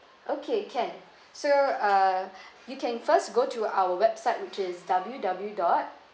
okay can so uh you can first go to our website which is W W dot